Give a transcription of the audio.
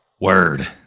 Word